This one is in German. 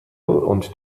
und